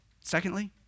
Secondly